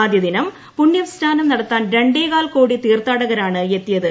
ആദ്യദിനം പുണ്യസ്നാനം നടത്താൻ രണ്ടേകാൽ കോടി തീർത്ഥാടകരാണ് എത്തിയത്